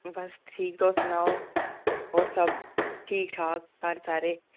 बस ठीक तुस सनाओ होर सब ठीक ठाक घर सारे